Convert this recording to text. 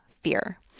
fear